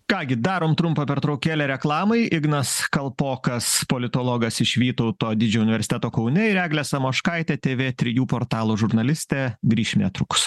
ką gi darom trumpą pertraukėlę reklamai ignas kalpokas politologas iš vytauto didžiojo universiteto kaune ir eglė samoškaitė tv trijų portalo žurnalistė grįšim netrukus